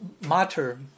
matter